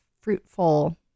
fruitful